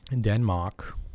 Denmark